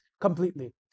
completely